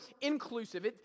inclusive